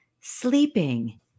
sleeping